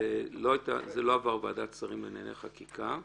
זה לא עבר ועדת שרים לענייני חקיקה.